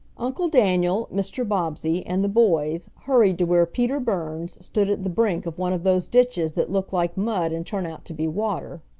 uncle daniel, mr. bobbsey, and the boys hurried to where peter burns stood at the brink of one of those ditches that look like mud and turn out to be water.